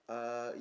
uh